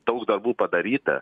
daug darbų padaryta